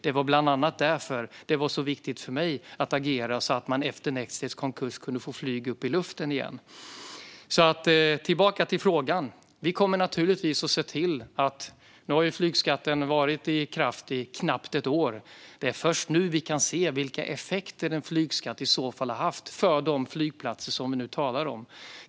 Det var bland annat därför det var så viktigt för mig att agera så att man efter Nextjets konkurs kunde få flyg upp i luften igen. Tillbaka till frågan: Nu har flygskatten varit i kraft i knappt ett år. Det är först nu vi kan se vilka effekter, om några, en flygskatt har haft för de flygplatser som vi nu talar om.